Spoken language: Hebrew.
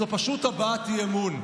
זו פשוט הבעת אי-אמון.